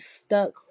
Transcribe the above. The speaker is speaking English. stuck